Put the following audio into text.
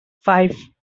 five